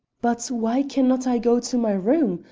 but why can not i go to my room?